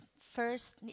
first